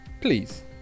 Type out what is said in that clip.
Please